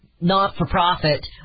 not-for-profit